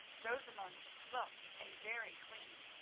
rosamund looked a very queen.